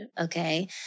okay